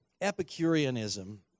Epicureanism